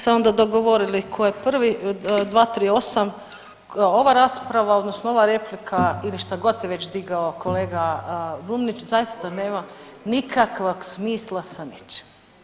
se onda dogovorili tko je prvi, 238., ova rasprava, odnosno ova replika ili šta god je već digao kolega Brumnić zaista nema nikakvog smisla sa ničim.